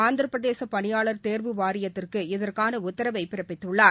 ஆந்திரப்பிரதேசபணியாளர் தேர்வு வாரியத்திற்கு இதற்கானஉத்தரவைபிறப்பித்துள்ளார்